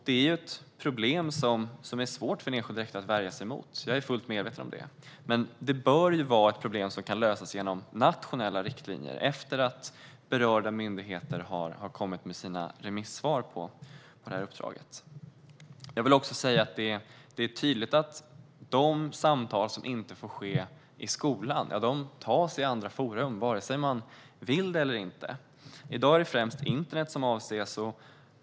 Det är ett problem för enskilda rektorer som det är svårt att värja sig emot - jag är fullt medveten om det - men problemet bör ju kunna lösas genom nationella riktlinjer efter det att berörda myndigheter har kommit in med sina remissvar till det här uppdraget. Det är tydligt att de samtal som inte får ske i skolan förs i andra forum vare sig man vill eller inte. I dag är det främst internet som avses.